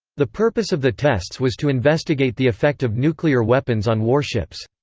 the purpose of the tests was to investigate the effect of nuclear weapons on warships.